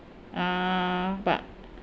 uh but